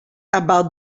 about